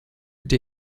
der